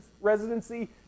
residency